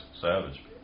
Savage